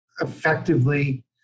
effectively